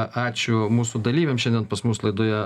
a ačiū mūsų dalyviams šiandien pas mus laidoje